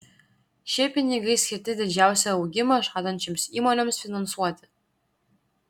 šie pinigai skirti didžiausią augimą žadančioms įmonėms finansuoti